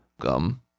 gum